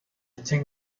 think